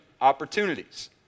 opportunities